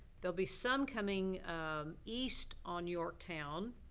there'll be some coming um east on yorktown,